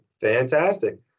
Fantastic